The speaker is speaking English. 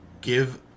Give